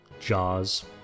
Jaws